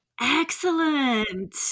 Excellent